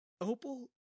Opal